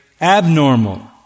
abnormal